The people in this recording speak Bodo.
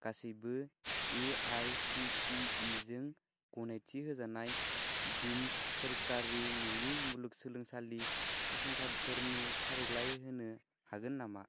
गासिबो एआइसिटिइ जों गनायथि होजानाय दिम्ड सोरखारि नङि मुलुगसोंलोंसालि फसंथानफोरनि फारिलाइ होनो हागोन नामा